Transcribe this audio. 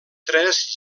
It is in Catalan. tres